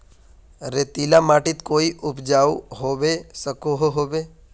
रेतीला माटित कोई उपजाऊ होबे सकोहो होबे?